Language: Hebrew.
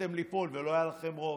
יכולתם ליפול ולא היה לכם רוב,